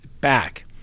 back